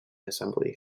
assembly